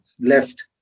left